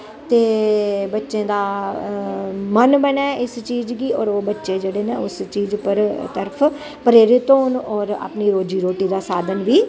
ते बच्चें दा मन बने इस चीज गी होर ओह् बच्चे जेह्डे़ न ओह् उस चीज उप्पर तरफ प्रेरित होन होर अपनी रोजी रोटी दा साधन बी